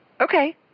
Okay